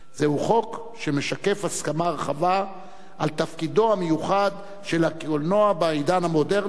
זהו חוק שמשקף הסכמה רחבה על תפקידו המיוחד של הקולנוע בעידן המודרני.